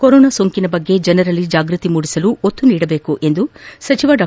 corona ಸೋಂಕಿನ ಬಗ್ಗೆ ಜನರಲ್ಲಿ ಜಾಗೃತಿ ಮೂಡಿಸಲು ಒತ್ತು ನೀಡಬೇಕು ಎಂದು ಸಚಿವ ಡಾ